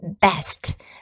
best